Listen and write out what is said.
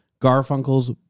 Garfunkel's